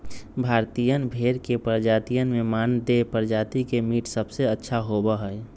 भारतीयन भेड़ के प्रजातियन में मानदेय प्रजाति के मीट सबसे अच्छा होबा हई